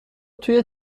توی